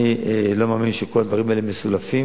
אני לא מאמין שכל הדברים האלה מסולפים.